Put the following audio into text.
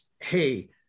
hey